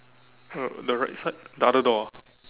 uh the right side the other door ah